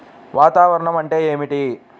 వాతావరణం అంటే ఏమిటి?